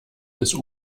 bis